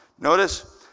Notice